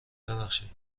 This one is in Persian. ببخشید